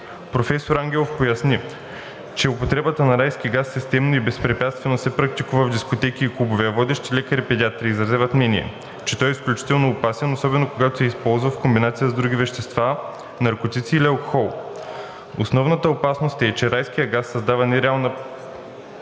Професор Ангелов поясни, че употребата на райски газ системно и безпрепятствено се практикува в дискотеки и клубове, а водещи лекари – педиатри, изразяват мнение, че той е изключително опасен особено когато се използва в комбинация с други вещества, наркотици или алкохол. Основната опасност е, че райският газ създава нереална